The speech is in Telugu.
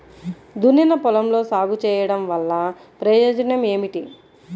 దున్నిన పొలంలో సాగు చేయడం వల్ల ప్రయోజనం ఏమిటి?